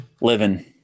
living